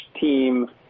team